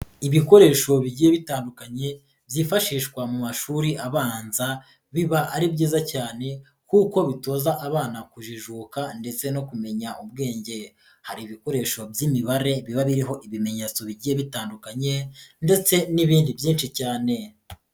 Ibikoresho bigiye bitandukanye, byifashishwa mu mashuri abanza, biba ari byiza cyane kuko bitoza abana kujijuka ndetse no kumenya ubwenge. Hari ibikoresho by'imibare biba biriho ibimenyetso bigiye bitandukanye ndetse n'ibindi byinshi cyane.